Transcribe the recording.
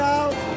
out